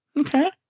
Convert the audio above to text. Okay